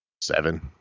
Seven